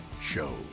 Show